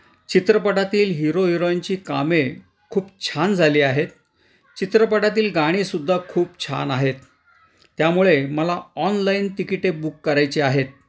चित्रपटातील हिरो हिरोईनची कामे खूप छान झाली आहेत चित्रपटातील गाणीसुद्धा खूप छान आहेत त्यामुळे मला ऑनलाईन तिकिटे बुक करायचे आहेत